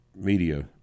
media